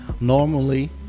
Normally